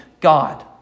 God